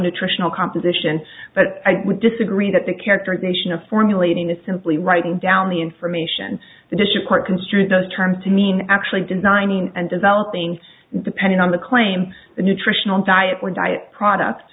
nutritional composition but i would disagree that the characterization of formulating is simply writing down the information the district court construe those terms to mean actually designing and developing depending on the claim the nutritional diet or diet product